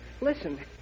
Listen